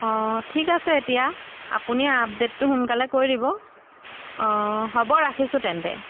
অঁ ঠিক আছে এতিয়া আপুনি আপডেটটো সোনকালে কৰি দিব হ'ব ৰাখিছোঁ তেন্তে